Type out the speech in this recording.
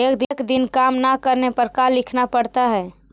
एक दिन काम न करने पर का लिखना पड़ता है?